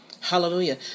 Hallelujah